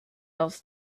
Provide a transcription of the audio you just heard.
asked